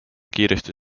kiiresti